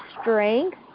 strength